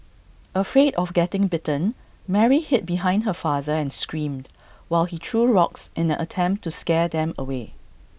afraid of getting bitten Mary hid behind her father and screamed while he threw rocks in an attempt to scare them away